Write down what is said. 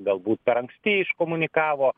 galbūt per anksti iškomunikavo